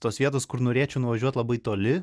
tos vietos kur norėčiau nuvažiuot labai toli